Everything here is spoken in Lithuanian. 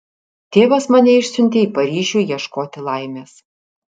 tėvas mane išsiuntė į paryžių ieškoti laimės